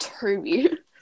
Toby